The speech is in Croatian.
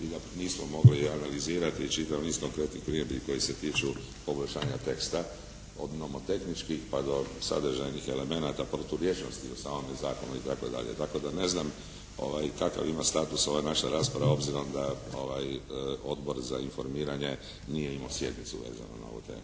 i da nismo mogli analizirati čitav niz konkretnih primjedbi koje se tiču poboljšanja teksta od nomotehničkih do sadržajnih elemenata proturječnosti u samome zakonu i tako dalje. Tako da ne znam kakav ima status ova naša rasprava obzirom da ovaj Odbor za informiranje nije imao sjednicu vezano na ovu temu.